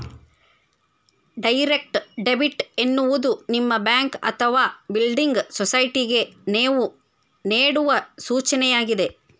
direct debit ಎನ್ನುವುದು ನಿಮ್ಮ bank ಅಥವಾ ಬಿಲ್ಡಿಂಗ್ ಸೊಸೈಟಿಗೆ ನೇವು ನೇಡುವ ಸೂಚನೆಯಾಗಿದೆ